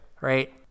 Right